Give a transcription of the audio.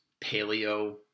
Paleo